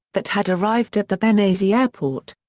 that had arrived at the benghazi airport.